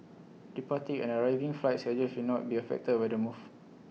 departing and arriving flight schedules will not be affected by the move